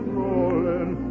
rolling